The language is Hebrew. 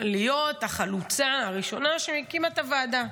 להיות החלוצה הראשונה שהקימה את הוועדה.